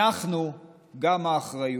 אנחנו גם האחריות".